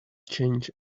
change